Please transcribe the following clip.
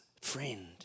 friend